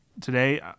today